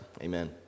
amen